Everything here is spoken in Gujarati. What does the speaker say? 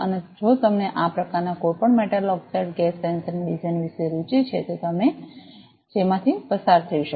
અને જો તમને આ પ્રકારના કોઈપણ મેટલ ઑકસાઈડ ગેસ સેન્સરની ડિઝાઇન વિશે રુચિ છે તો આ તે છે જેમાંથી તમે પસાર થઈ શકો